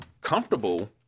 comfortable